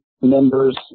members